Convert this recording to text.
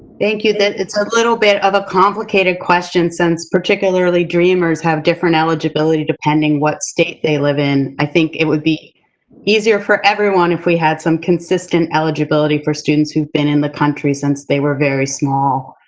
thank you. that, it's a little bit of a complicated question, since particularly dreamers have different eligibility, depending what state they live in. i think it would be easier for everyone if we had some consistent eligibility for students who've been in the country since they were very small.